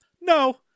No